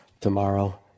tomorrow